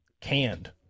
canned